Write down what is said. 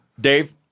Dave